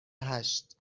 هشت